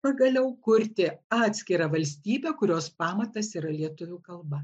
pagaliau kurti atskirą valstybę kurios pamatas yra lietuvių kalba